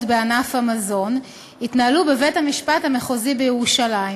בענף המזון יתנהלו בבית-המשפט המחוזי בירושלים,